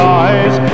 eyes